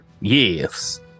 Yes